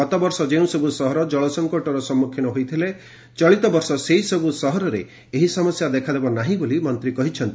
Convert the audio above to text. ଗତବର୍ଷ ଯେଉଁସବୁ ସହର ଜଳ ସଫକଟର ସମ୍ମୁଖୀନ ହୋଇଥିଲେ ଚଳିତ ବର୍ଷ ସେହିସବୁ ସହରରେ ଏହି ସମସ୍ୟା ଦେଖାଦେବ ନାହିଁ ବୋଲି ମନ୍ତ୍ରୀ କହିଥିଲେ